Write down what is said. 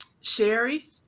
Sherry